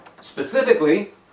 Specifically